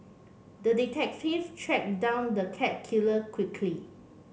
the detective track down the cat killer quickly